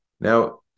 Now